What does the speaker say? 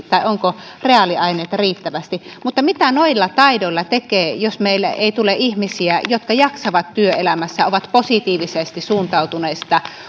tai onko reaaliaineita riittävästi mutta mitä noilla taidoilla tekee jos meille ei tule ihmisiä jotka jaksavat työelämässä ovat positiivisesti suuntautuneita